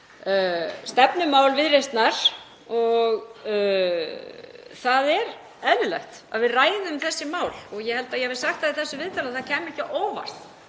stefnumál Viðreisnar. Það er eðlilegt að við ræðum þessi mál og ég held að ég hafi sagt það í þessu viðtali að það kæmi ekki á óvart